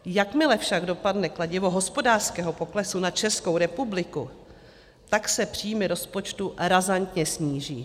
Jakmile však dopadne kladivo hospodářského poklesu na Českou republiku, tak se příjmy rozpočtu razantně sníží.